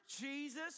Jesus